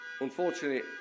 Unfortunately